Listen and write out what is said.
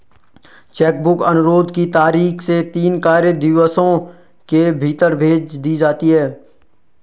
check book अनुरोध की तारीख से तीन कार्य दिवसों के भीतर भेज दी जाती है